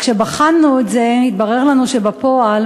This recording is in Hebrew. כשבחנו את זה התברר לנו שבפועל,